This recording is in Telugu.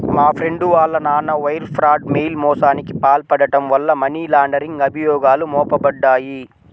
మా ఫ్రెండు వాళ్ళ నాన్న వైర్ ఫ్రాడ్, మెయిల్ మోసానికి పాల్పడటం వల్ల మనీ లాండరింగ్ అభియోగాలు మోపబడ్డాయి